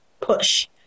push